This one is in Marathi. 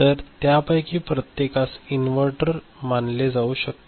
तर त्यापैकी प्रत्येकास इन्व्हर्टर योग्य मानले जाऊ शकते